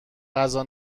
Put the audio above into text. غذا